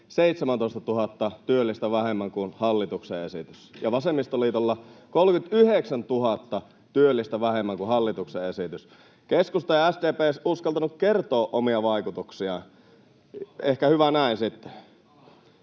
17 000 työllistä vähemmän kuin hallituksen esitys ja vasemmistoliitolla 39 000 työllistä vähemmän kuin hallituksen esitys. Keskusta ja SDP eivät edes uskaltaneet kertoa omia vaikutuksiaan. Ehkä hyvä näin sitten.